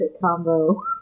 Combo